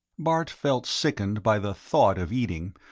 bart felt sickened by the thought of eating,